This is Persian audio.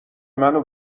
منو